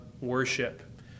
worship